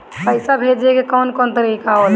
पइसा भेजे के कौन कोन तरीका होला?